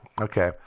Okay